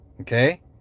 Okay